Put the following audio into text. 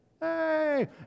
hey